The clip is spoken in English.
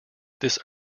this